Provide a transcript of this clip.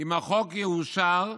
שאם החוק יאושר,